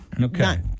Okay